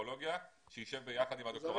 לפסיכולוגיה שישב ביחד עם הדוקטורטים לפיזיותרפיה.